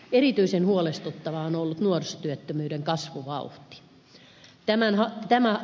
erityisen huolestuttavaa on ollut nuorisotyöttömyyden kasvuvauhti